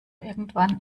irgendwann